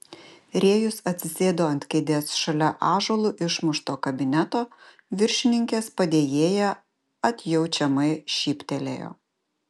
rėjus atsisėdo ant kėdės šalia ąžuolu išmušto kabineto viršininkės padėjėja atjaučiamai šyptelėjo